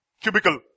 Cubicle